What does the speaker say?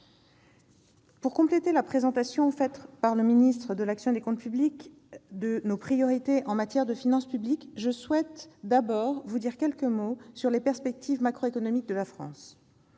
Pour compléter la présentation faite par le ministre de l'action et des comptes publics de nos priorités en matière de finances publiques, je souhaite dire quelques mots des perspectives macroéconomiques de la France.